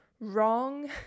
wrong